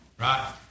right